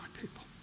people